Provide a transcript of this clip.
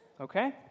Okay